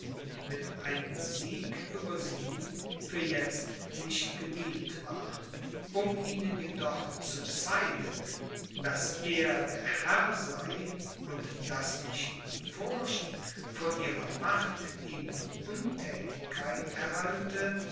mit einem sieg über sie für jetzt nicht gedient war um ihnen jedoch zu zeigen daß er der herr sei und daß nicht die furcht vor ihrer macht ihn in unthätigkeit erhalte